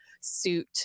suit